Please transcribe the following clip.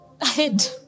ahead